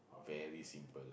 very simple